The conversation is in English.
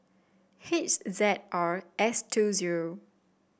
H Z R S two zero